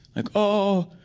like, oh,